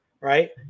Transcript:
right